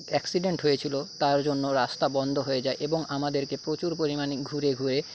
accident হয়েছিল তার জন্য রাস্তা বন্ধ হয়ে যায় এবং আমাদেরকে প্রচুর পরিমাণে ঘুরে ঘুরে